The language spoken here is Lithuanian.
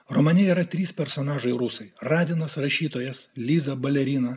romane yra trys personažai rusai raganos rašytojas liza balerina